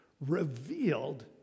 revealed